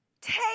Take